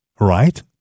Right